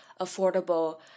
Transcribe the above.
affordable